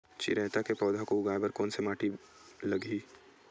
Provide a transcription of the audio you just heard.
चिरैता के पौधा को उगाए बर कोन से माटी लगही?